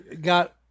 got